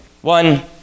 one